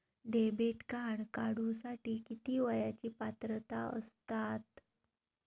Debit card काढूसाठी किती वयाची पात्रता असतात?